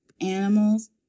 animals